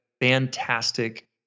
fantastic